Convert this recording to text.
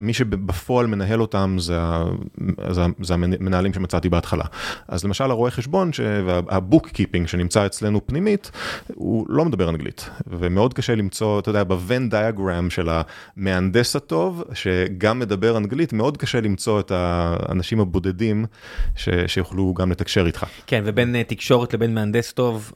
מי שבפועל מנהל אותם זה המנהלים שמצאתי בהתחלה. אז למשל, הרואה חשבון, הבוק קיפינג שנמצא אצלנו פנימית, הוא לא מדבר אנגלית, ומאוד קשה למצוא, אתה יודע, ב- VENN DIAGRAM של המהנדס הטוב, שגם מדבר אנגלית, מאוד קשה למצוא את האנשים הבודדים שיוכלו גם לתקשר איתך. כן, ובין תקשורת לבין מהנדס טוב.